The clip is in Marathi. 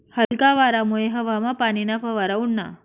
हलका वारामुये हवामा पाणीना फवारा उडना